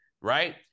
right